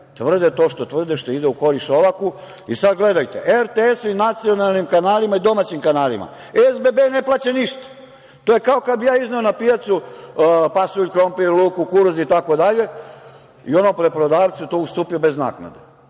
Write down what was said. tvrde to što tvrde, što ide u korist Šolaku. Sada gledajte, RTS-u i nacionalnim kanalima i domaćim kanalima SBB ne plaća ništa. To je kao kad bi ja izneo na pijacu pasulj, krompir, luk, kukuruz itd. i onom preprodavcu to ustupio bez naknade.